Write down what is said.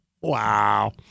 Wow